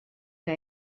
que